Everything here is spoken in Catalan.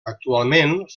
actualment